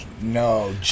no